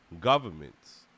governments